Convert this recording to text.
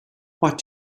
what